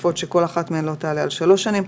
נוספות שכל אחת מהן לא תעלה על שלוש שנים,